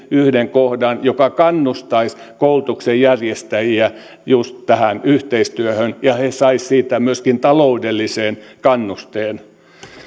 yhden kohdan joka kannustaisi koulutuksen järjestäjiä just tähän yhteistyöhön ja he saisivat siitä myöskin taloudellisen kannusteen